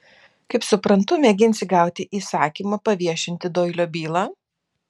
kaip suprantu mėginsi gauti įsakymą paviešinti doilio bylą